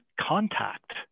contact